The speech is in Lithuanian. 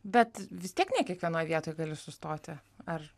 bet vis tiek ne kiekvienoj vietoj gali sustoti ar